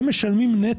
משלמים נטו.